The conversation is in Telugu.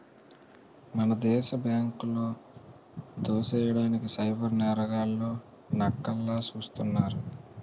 మన దేశ బ్యాంకులో దోసెయ్యడానికి సైబర్ నేరగాళ్లు నక్కల్లా సూస్తున్నారు